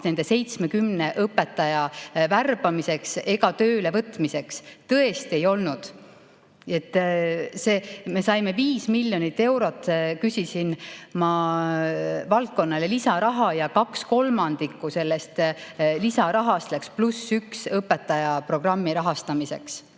nende 70 õpetaja värbamiseks ega töölevõtmiseks. Tõesti ei olnud! Me saime, ma küsisin 5 miljonit eurot valdkonnale lisaraha ja kaks kolmandikku sellest lisarahast läks "+1 õpetaja" programmi rahastamiseks.